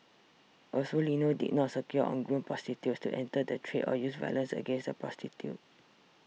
also Lino did not secure or groom prostitutes to enter the trade or use violence against the prostitutes